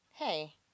Hey